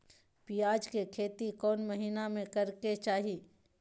प्याज के खेती कौन महीना में करेके चाही?